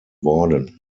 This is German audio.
worden